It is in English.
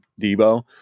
Debo